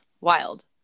wild